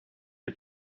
les